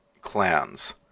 clans